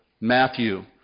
Matthew